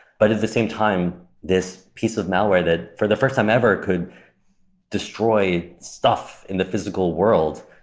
but at the same time, this piece of malware that, for the first time ever, could destroy stuff in the physical world,